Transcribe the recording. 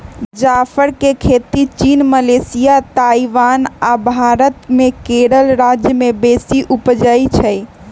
जाफर के खेती चीन, मलेशिया, ताइवान आ भारत मे केरल राज्य में बेशी उपजै छइ